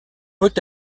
peut